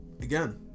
Again